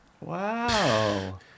Wow